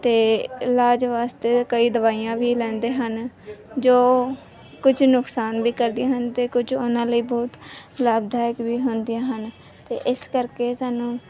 ਅਤੇ ਇਲਾਜ ਵਾਸਤੇ ਕਈ ਦਵਾਈਆਂ ਵੀ ਲੈਂਦੇ ਹਨ ਜੋ ਕੁਝ ਨੁਕਸਾਨ ਵੀ ਕਰਦੇ ਹਨ ਅਤੇ ਕੁਝ ਉਹਨਾਂ ਲਈ ਬਹੁਤ ਲਾਭਦਾਇਕ ਵੀ ਹੁੰਦੀਆਂ ਹਨ ਅਤੇ ਇਸ ਕਰਕੇ ਸਾਨੂੰ